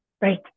Right